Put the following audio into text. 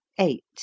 Eight